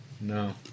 No